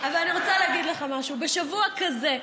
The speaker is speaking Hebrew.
אבל אני רוצה להגיד לך משהו: בשבוע כזה,